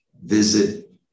visit